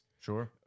Sure